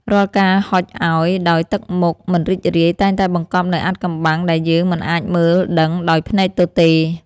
រាល់ការហុចឱ្យដោយទឹកមុខមិនរីករាយតែងតែបង្កប់នូវអាថ៌កំបាំងដែលយើងមិនអាចមើលដឹងដោយភ្នែកទទេ។